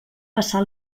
passar